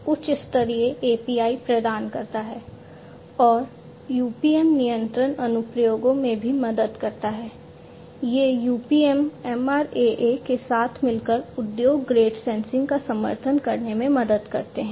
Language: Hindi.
एक और कंपोनेंट का समर्थन करने में मदद करते हैं